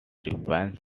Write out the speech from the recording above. defense